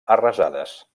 arrasades